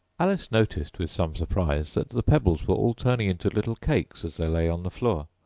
alice noticed with some surprise that the pebbles were all turning into little cakes as they lay on the floor,